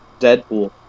Deadpool